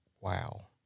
wow